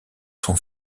son